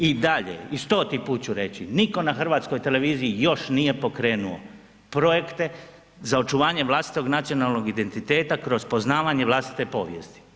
I dalje, i stoti put ću reći, nitko na HRT-u još nije pokrenuo projekte za očuvanje vlastitog nacionalnog identiteta kroz poznavanje vlastite povijesti.